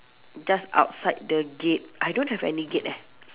just outside the gate I don't have any gate eh